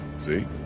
See